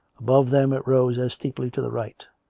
above them it rose as steeply to the right.